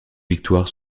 victoires